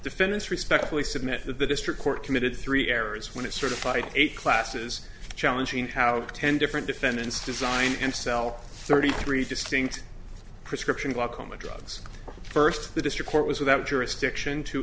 defendants respectfully submit that the district court committed three errors when it certified eight classes challenging how ten different defendants design and sell thirty three distinct prescription glaucoma drugs first the district court was